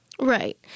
Right